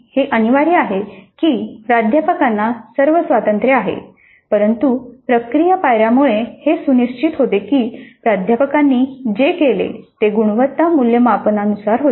हे अनिवार्य आहे की प्राध्यापकांना सर्व स्वातंत्र्य आहे परंतु प्रक्रिया पायऱ्यामुळे हे सुनिश्चित होते की प्राध्यापकांनी जे केले ते गुणवत्ता मूल्यमापनानुसार होते